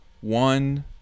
one